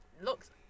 looks